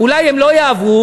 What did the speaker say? אולי הם לא יעברו,